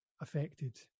affected